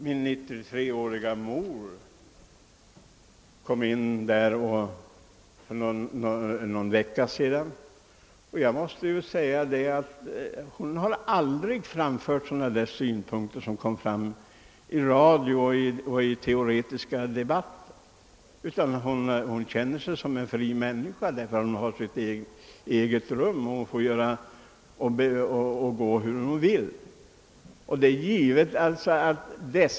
Min 93-åriga mor, som kom in på ett sådant hem för någon vecka sedan, har inte fått några sådana intryck som skildrats i radio och i teoretiska debatter, utan hon känner sig som en fri människa. Hon har sitt eget rum och får gå hur hon vill.